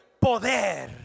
Poder